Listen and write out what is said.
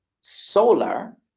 solar